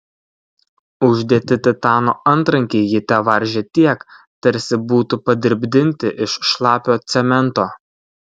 uždėti titano antrankiai jį tevaržė tiek tarsi būtų padirbdinti iš šlapio cemento